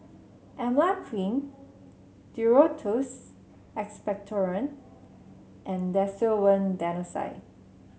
Emla Cream Duro Tuss Expectorant and Desowen Desonide